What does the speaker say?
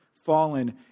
fallen